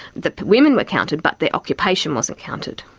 the women were counted but their occupation wasn't counted.